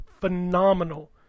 phenomenal